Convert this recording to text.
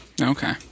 Okay